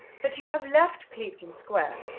that you have left clevedon square,